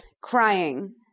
Crying